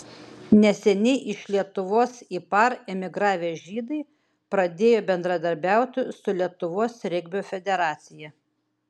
neseniai iš lietuvos į par emigravę žydai pradėjo bendradarbiauti su lietuvos regbio federacija